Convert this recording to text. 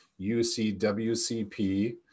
UCWCP